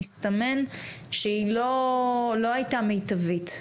מסתמן שהיא לא הייתה מיטבית.